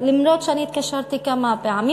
אף שאני התקשרתי כמה פעמים,